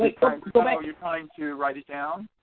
like go back. are you trying to write it down?